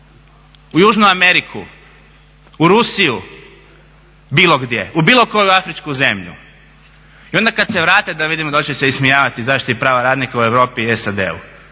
u Južnu Ameriku, u Rusiju, bilo gdje, u bilo koju afričku zemlju i onda kad se vrate da vidimo da l' će se ismijavati zaštiti prava radnika u Europi i SAD-u